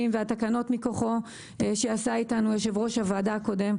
והתקנות מכוחו שעשה אתנו יושב-ראש הוועדה הקודם.